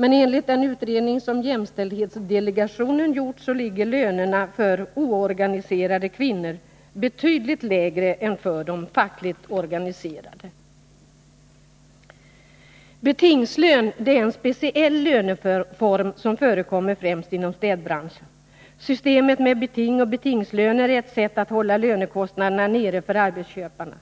Men enligt den utredning som jämställdhetsdelegationen gjort ligger lönerna för oorganiserade kvinnor betydligt lägre än för de fackligt organiserade. Betingslön är en speciell löneform som förekommer främst inom städbranschen. Systemet med beting och betingslöner är ett sätt att hålla lönekostnaderna nere för arbetsköparna.